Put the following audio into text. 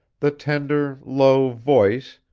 the tender, low voice,